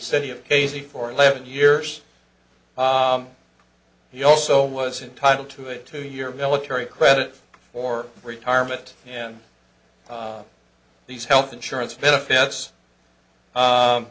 city of casey for eleven years he also was entitle to a two year military credit for retirement and these health insurance benefits